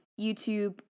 YouTube